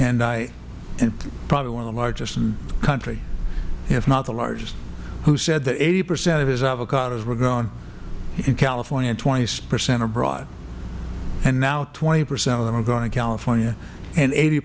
probably one of the largest in the country if not the largest who said that eighty percent of his avocados were grown in california and twenty percent abroad and now twenty percent of them are grown in california and eighty